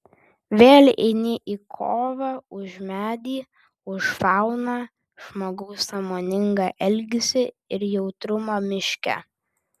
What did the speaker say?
vėl eini į kovą už medį už fauną žmogaus sąmoningą elgesį ir jautrumą miške